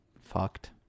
fucked